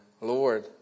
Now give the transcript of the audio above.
Lord